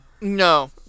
No